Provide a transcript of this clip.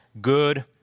good